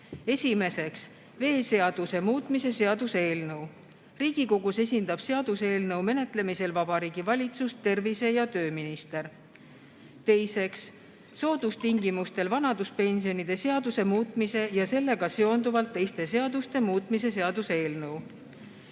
Esiteks, veeseaduse muutmise seaduse eelnõu. Riigikogus esindab seaduseelnõu menetlemisel Vabariigi Valitsust tervise- ja tööminister. Teiseks, soodustingimustel vanaduspensionide seaduse muutmise ja sellega seonduvalt teiste seaduste muutmise seaduse eelnõu.